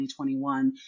2021